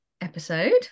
episode